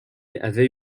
avait